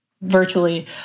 virtually